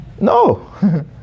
No